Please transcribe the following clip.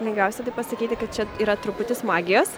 lengviausia tai pasakyti kad čia yra truputis magijos